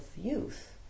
youth